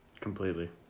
Completely